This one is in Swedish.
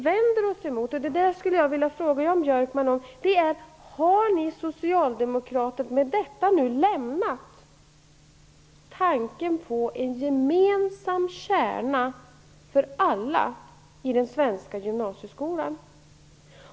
Jag skulle vilja fråga Jan Björkman om socialdemokraterna i och med detta har lämnat tanken på en gemensam kärna för alla i den svenska gymnasieskolan?